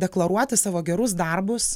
deklaruoti savo gerus darbus